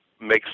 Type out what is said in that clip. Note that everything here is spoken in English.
makes